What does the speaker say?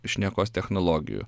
šnekos technologijų